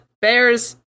bears